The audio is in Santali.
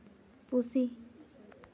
ᱯᱩᱥᱤ